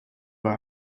war